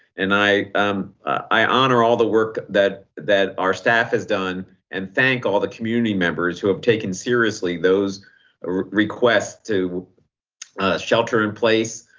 and i um i honor all the work that that our staff has done and thank all the community members who have taken seriously, those requests to shelter in place,